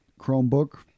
Chromebook